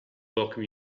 welcome